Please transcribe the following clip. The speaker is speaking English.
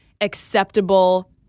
acceptable